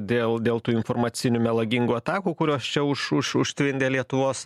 dėl dėl tų informacinių melagingų atakų kurios čia už už užtvindė lietuvos